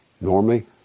normally